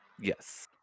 Yes